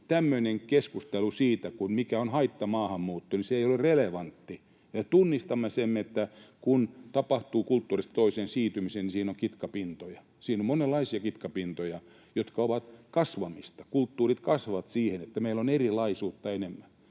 tämmöinen keskustelu kuin mikä on haittamaahanmuutto ei ole relevantti. Tunnistamme sen, että kun tapahtuu kulttuurista toiseen siirtymisiä, niin siinä on kitkapintoja. Siinä on monenlaisia kitkapintoja, jotka ovat kasvamista. Kulttuurit kasvavat siihen, että meillä on erilaisuutta enemmän.